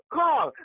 call